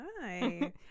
Hi